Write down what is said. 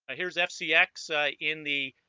ah here's fcx ah in the